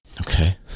Okay